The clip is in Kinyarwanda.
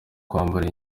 kwambara